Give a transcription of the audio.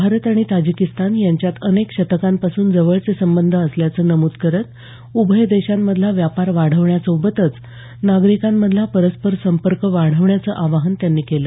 भारत आणि ताजिकिस्तान यांच्यात अनेक शतकांपासून जवळचे संबंध असल्याचं नमूद करत उभय देशांमधला व्यापार वाढवण्या सोबतच नागरिकांमधला परस्पर संपर्क वाढवण्याचं आवाहन त्यांनी केलं